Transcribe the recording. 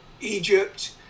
Egypt